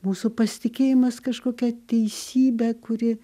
mūsų pasitikėjimas kažkokia teisybe kuri